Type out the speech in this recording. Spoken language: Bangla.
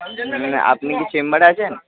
আপনি কি চেম্বারে আছেন